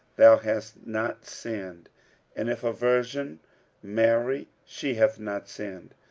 thou hast not sinned and if a virgin marry, she hath not sinned.